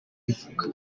ivuga